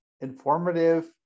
informative